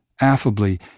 Affably